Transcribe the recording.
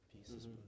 pieces